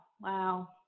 Wow